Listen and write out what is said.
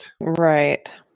Right